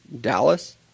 Dallas